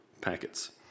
packets